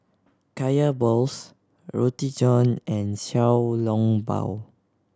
Kaya balls Roti John and Xiao Long Bao